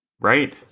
right